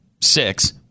six